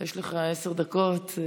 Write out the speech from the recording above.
יש לך עשר דקות.